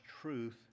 truth